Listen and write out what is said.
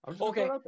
okay